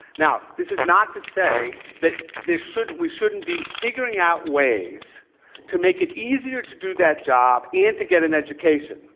now, this is not to say that there shouldn't we shouldn't be figuring out ways to make it easier to do that job and to get an education.